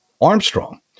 Armstrong